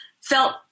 felt